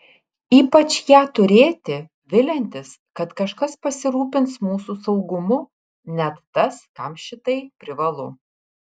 ypač ją turėti viliantis kad kažkas pasirūpins mūsų saugumu net tas kam šitai privalu